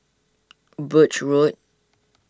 Birch Road